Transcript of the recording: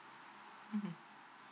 mmhmm